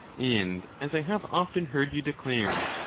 and as i have often heard you declare.